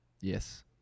Yes